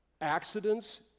Accidents